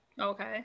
Okay